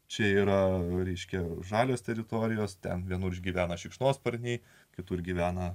čia yra ryškiai žalios teritorijos ten vienur gyvena šikšnosparniai kitur gyvena